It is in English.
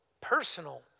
personal